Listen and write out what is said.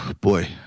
boy